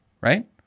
Right